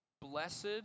Blessed